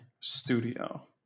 Studio